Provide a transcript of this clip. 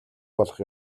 болох